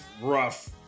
rough